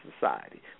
society